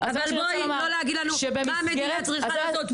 אבל בואי לא להגיד לנו מה המדינה צריכה לעשות,